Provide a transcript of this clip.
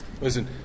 Listen